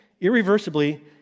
irreversibly